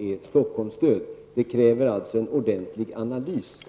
Att göra fördelningen kräver alltså en ordentlig analys,